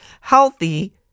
healthy